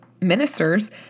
ministers